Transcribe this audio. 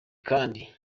kandi